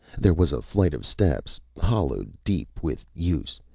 there was a flight of steps, hollowed deep with use,